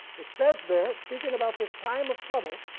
it says there, speaking about this time of trouble.